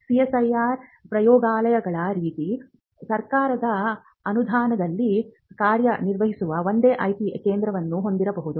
CSIR ಪ್ರಯೋಗಾಲಯಗಳ ರೀತಿ ಸರ್ಕಾರದ ಅನುದಾನದಲ್ಲಿ ಕಾರ್ಯನಿರ್ವಹಿಸುವ ಒಂದೇ IP ಕೇಂದ್ರವನ್ನು ಹೊಂದಬಹುದು